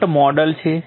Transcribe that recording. dot model છે